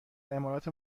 امارات